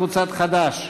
קבוצת חד"ש.